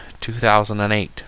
2008